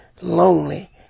lonely